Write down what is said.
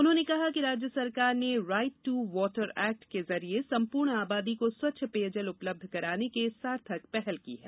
उन्होंने कहा कि राज्य सरकार ने राईट टू वाटर एक्ट के जरिये सम्पूर्ण आबादी को स्वच्छ पेयजल उपलब्ध कराने की सार्थक पहल की है